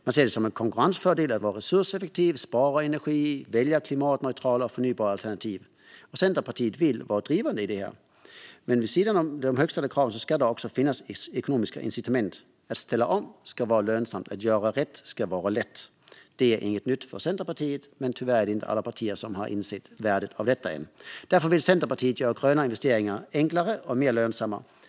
Man ser det som en konkurrensfördel att vara resurseffektiv, spara energi och välja klimatneutrala och förnybara alternativ. Centerpartiet vill vara drivande i detta. Men vid sidan om högt ställda krav ska det också finnas ekonomiska incitament. Att ställa om ska vara lönsamt. Att göra rätt ska vara lätt. Det är inget nytt för Centerpartiet, men tyvärr har alla partier ännu inte insett värdet av detta. Därför vill Centerpartiet göra gröna investeringar enklare och mer lönsamma.